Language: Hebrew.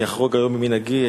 אני אחרוג היום ממנהגי.